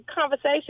conversation